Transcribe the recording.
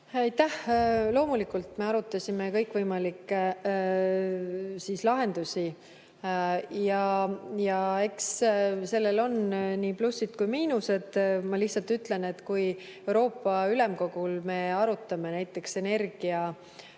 Aitäh! Loomulikult me arutasime kõikvõimalikke lahendusi. Eks sellel on nii plussid kui ka miinused. Ma lihtsalt ütlen, et kui me Euroopa Ülemkogul arutame näiteks energiahinna